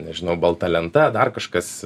nežinau balta lenta dar kažkas